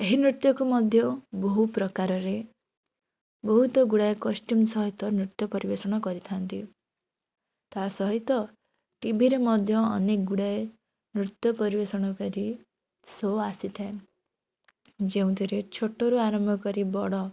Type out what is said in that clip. ଏହି ନୃତ୍ୟକୁ ମଧ୍ୟ ବହୁ ପ୍ରକାରରେ ବହୁତ ଗୁଡ଼ାଏ କଷ୍ଟ୍ୟୁମ୍ ସହିତ ନୃତ୍ୟ ପରିବେଷଣ କରିଥାନ୍ତି ତା ସହିତ ଟିଭିରେ ମଧ୍ୟ ଅନେକ ଗୁଡ଼ାଏ ନୃତ୍ୟ ପରିବେଷଣକାରୀ ସୋ ଆସିଥାଏ ଯେଉଁଥିରେ ଛୋଟ ରୁ ଆରମ୍ଭକରି ବଡ଼